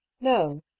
no